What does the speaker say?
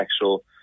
actual